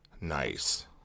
nice